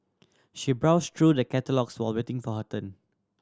she browsed through the catalogues while waiting for her turn